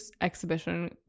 exhibition